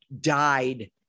died